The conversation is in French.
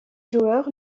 joueur